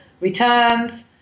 returns